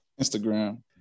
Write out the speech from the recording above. Instagram